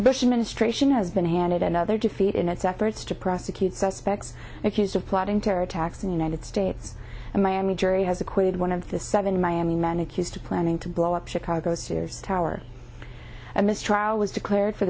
the bush administration has been handed another defeat in its efforts to prosecute suspects accused of plotting terror attacks in the united states and miami jury has acquitted one of the seven miami men accused of planning to blow up chicago's sears tower a mistrial was declared for